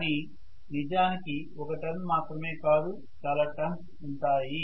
కానీ నిజానికి ఒక టర్న్ మాత్రమే కాదు చాలా టర్న్స్ ఉంటాయి